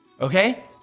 okay